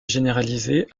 généraliser